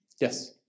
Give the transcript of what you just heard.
Yes